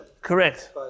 Correct